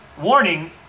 warning